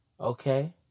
Okay